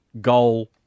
goal